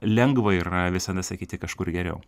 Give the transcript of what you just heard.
lengva yra visada sakyti kažkur geriau